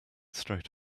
straight